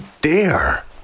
dare